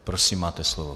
Prosím, máte slovo.